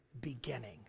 beginning